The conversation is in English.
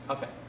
Okay